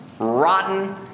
rotten